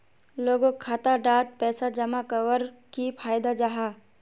लोगोक खाता डात पैसा जमा कवर की फायदा जाहा?